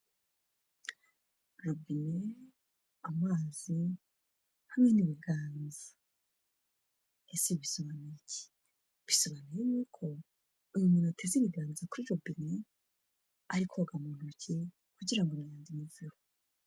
Robine, amazi hamwe n'ibiganza. Ese bisobanuye iki? Bisobanuye yuko uyu muntu ateze ibiganza kuri robine, ari koga mu ntoki kugira ngo umwanda umuveho.